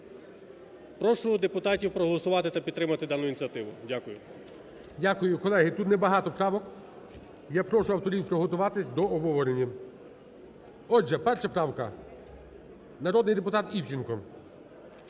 Прошу депутатів проголосувати та підтримати дану ініціативу. Дякую. ГОЛОВУЮЧИЙ. Дякую. Колеги, тут не багато правок. Я прошу авторів підготуватись до обговорення. Отже, 1 правка, народний депутат Івченко.